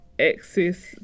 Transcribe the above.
access